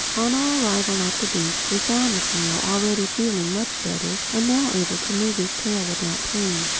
on our arrival at the beach we found the snail already feeling much better and now able to move his tail without pain.